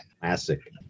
classic